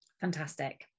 Fantastic